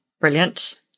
Brilliant